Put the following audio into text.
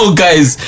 guys